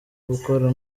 gukora